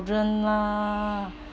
children lah